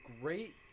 great –